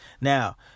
Now